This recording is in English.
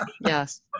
Yes